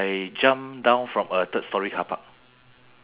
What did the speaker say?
but I was like eh